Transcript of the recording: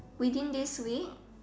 within this week